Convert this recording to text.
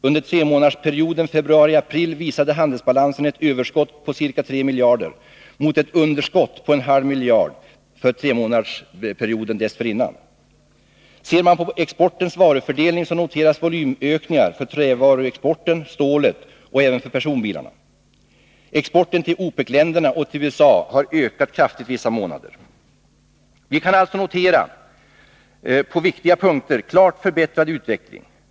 Under tremånadersperioden februari-april visade handelsbalansen ett överskott på ca 3 miljarder mot ett underskott på en halv miljard för tremånadersperioden dessförinnan. Ser man på exportens varufördelning noteras volymökningar för trävaruexporten, stålet och även personbilarna. Exporten till OPEC-länderna och till USA har ökat kraftigt vissa månader. Vi kan alltså notera en på viktiga punkter klart förbättrad utveckling.